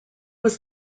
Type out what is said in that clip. was